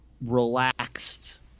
relaxed